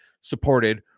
supported